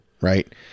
right